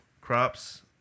crops